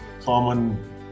common